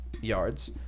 yards